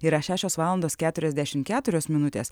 yra šešios valandos keturiasdešim keturios minutės